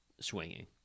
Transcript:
swinging